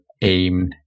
Aim